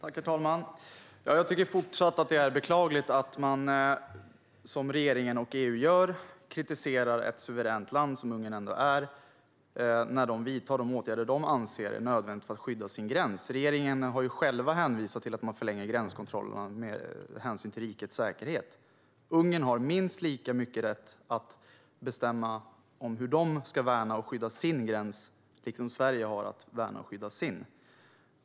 Herr talman! Jag tycker fortfarande att det är beklagligt att man, som regeringen och EU gör, kritiserar ett suveränt land, som Ungern ändå är, när det vidtar de åtgärder landet anser är nödvändiga för att skydda gränsen. Regeringen har själv hänvisat till att man förlänger gränskontrollerna med hänsyn till rikets säkerhet. Ungern har minst lika mycket rätt att bestämma om hur landet ska värna och skydda sin gräns som Sverige har att värna och skydda sin.